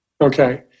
Okay